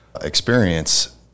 experience